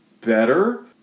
better